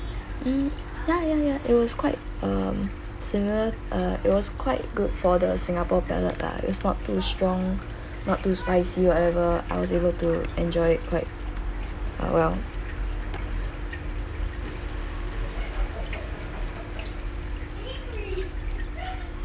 mm ya ya ya it was quite um similar uh it was quite good for the singapore palate lah is not too strong not too spicy whatever I was able to enjoy it quite uh well